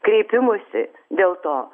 kreipimųsi dėl to